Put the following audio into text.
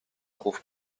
trouve